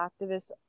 activists